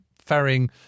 ferrying